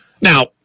Now